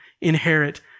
inherit